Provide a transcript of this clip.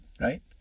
right